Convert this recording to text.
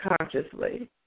consciously